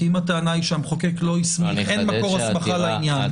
כי אם הטענה היא שאין מקור הסמכה לעניין --- אני